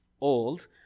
old